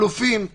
אלופים,